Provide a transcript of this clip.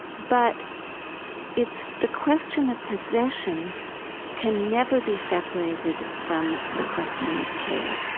but it's the question of possession can never be separated from the question of care.